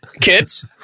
Kids